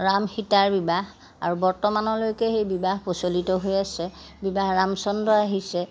ৰাম সীতাৰ বিবাহ আৰু বৰ্তমানলৈকে সেই বিবাহ প্ৰচলিত হৈ আছে বিবাহ ৰামচন্দ্ৰ আহিছে